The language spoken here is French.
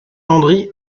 landry